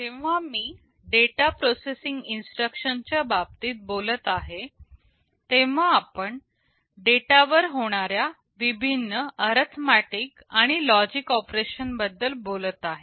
जेव्हा मी data processing instruction च्या बाबतीत बोलत आहे तेव्हा आपण डेटा वर होणाऱ्या विभिन्न अरीथमॅटिक आणि लॉजिक ऑपरेशन बद्दल बोलत आहे